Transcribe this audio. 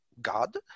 God